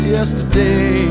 Yesterday